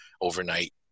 overnight